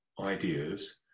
ideas